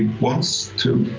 wants to.